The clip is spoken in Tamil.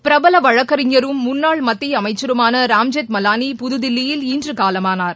பிரபல வழக்கறிஞரும் முன்னாள் மத்திய அமைச்சருமான ராம் ஜெத்மலானி புததில்லியில் இன்று காலமானார்